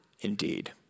indeed